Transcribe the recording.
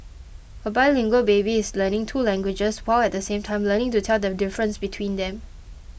a bilingual baby is learning two languages while at the same time learning to tell the difference between them